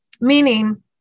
Meaning